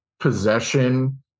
possession